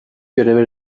göreve